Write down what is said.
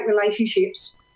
relationships